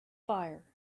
fire